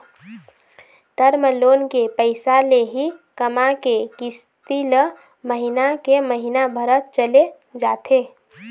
term loan के पइसा ले ही कमा के किस्ती ल महिना के महिना भरत चले जाथे